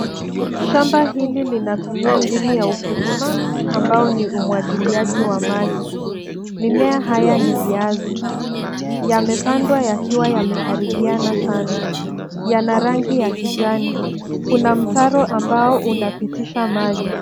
Shamba hili linatumia mbinu ya ukulimaambao ni umwagiliaji wa maji. Mimea haya ni viazi yamepandwa yakiwa yamekaribiana sana, yana rangi ya kijani. Kuna mtaro unaopitisha maji.